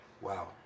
Wow